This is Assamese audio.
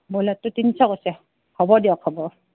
ব্ৰইলাৰটো তিনশ কৈছে হ'ব দিয়ক হ'ব